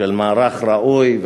של מערך ראוי.